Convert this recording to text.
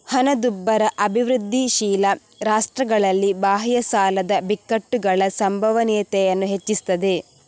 ಹಣದುಬ್ಬರ ಅಭಿವೃದ್ಧಿಶೀಲ ರಾಷ್ಟ್ರಗಳಲ್ಲಿ ಬಾಹ್ಯ ಸಾಲದ ಬಿಕ್ಕಟ್ಟುಗಳ ಸಂಭವನೀಯತೆಯನ್ನ ಹೆಚ್ಚಿಸ್ತದೆ